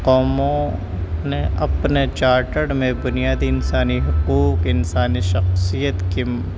قوموں نے اپنے چارٹڈ میں بنیادی انسانی حقوق انسانی شخصیت کی